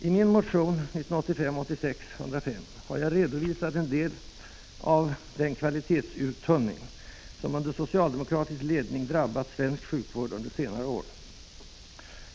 I min motion 1985/86:105 har jag redovisat en del av den kvalitetsuttunning som — under socialdemokratisk ledning — drabbat svensk sjukvård under senare år.